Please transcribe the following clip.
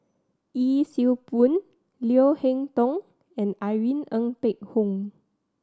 Yee Siew Pun Leo Hee Tong and Irene Ng Phek Hoong